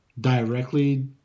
directly